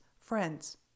friends